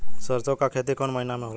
सरसों का खेती कवने महीना में होला?